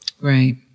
Right